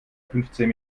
fünfzehn